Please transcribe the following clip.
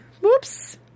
whoops